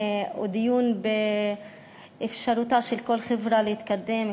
הוא דיון באפשרותה של כל חברה להתקדם,